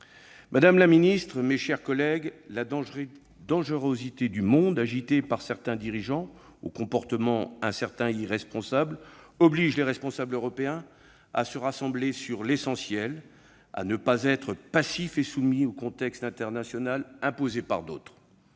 Madame la secrétaire d'État, mes chers collègues, la dangerosité du monde, agité par certains dirigeants aux comportements incertains et irresponsables, oblige les responsables européens à se rassembler sur l'essentiel et à ne pas être passifs et soumis au contexte international imposé par d'autres.